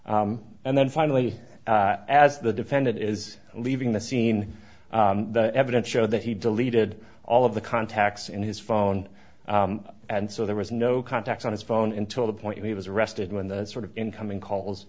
and then finally as the defendant is leaving the scene the evidence showed that he deleted all of the contacts in his phone and so there was no contact on his phone until the point he was arrested when the sort of incoming calls